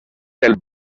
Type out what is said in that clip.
del